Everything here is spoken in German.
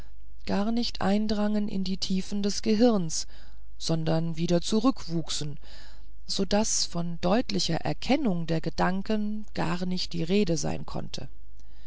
gar nicht eindrangen in die tiefe des gehirns sondern wieder zurückwuchsen so daß von deutlicher erkennung der gedanken gar nicht die rede sein konnte